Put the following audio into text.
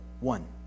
one